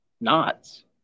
knots